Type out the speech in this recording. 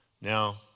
Now